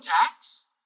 tax